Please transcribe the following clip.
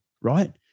right